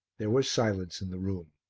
there was silence in the room.